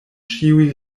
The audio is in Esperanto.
ĉiuj